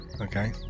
Okay